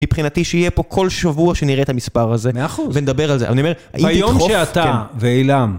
מבחינתי שיהיה פה כל שבוע שנראה את המספר הזה. 100%. ונדבר על זה. אני אומר, ביום שאתה ועילם.